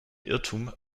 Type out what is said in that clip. irrtum